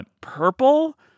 purple